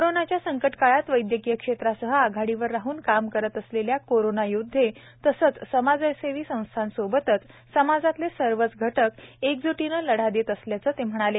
कोरोनाच्या संकटकाळात वैद्यकीय क्षेत्रासह आघाडीवर राहून काम करत असलेले करोनायोद्धे तसंच समाजसेवी संस्थांसोबतच समाजातले सर्वच घटक एकजुटूनी लढा देत असल्याचं ते म्हणाले